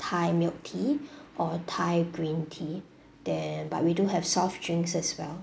thai milk tea or thai green tea then but we do have soft drinks as well